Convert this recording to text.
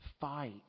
Fight